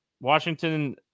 washington